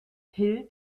hill